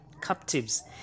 captives